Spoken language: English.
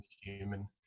human